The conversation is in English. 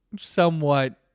somewhat